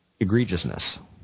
egregiousness